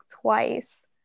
twice